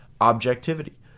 objectivity